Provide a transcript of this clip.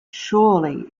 surely